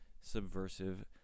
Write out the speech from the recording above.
Subversive